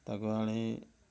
ତାକୁ ଆଣି